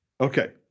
Okay